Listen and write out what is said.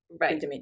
Right